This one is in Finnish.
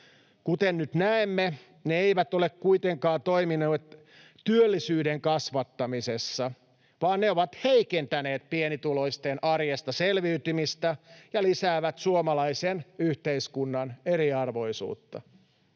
Kuten nyt näemme, ne eivät ole kuitenkaan toimineet työllisyyden kasvattamisessa, vaan ne ovat heikentäneet pienituloisten arjesta selviytymistä ja lisäävät suomalaisen yhteiskunnan eriarvoisuutta.